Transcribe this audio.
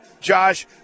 Josh